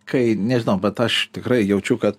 kai nežinau bet aš tikrai jaučiu kad